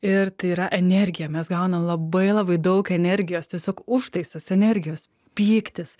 ir tai yra energija mes gaunam labai labai daug energijos tiesiog užtaisas energijos pyktis